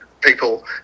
people